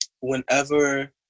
whenever